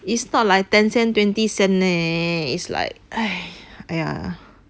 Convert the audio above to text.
it's not like ten cent twenty cent leh is like !aiya!